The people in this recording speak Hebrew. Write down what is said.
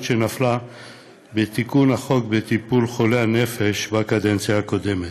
שנפלה בתיקון חוק טיפול בחולי נפש בקדנציה הקודמת.